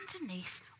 underneath